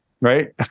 right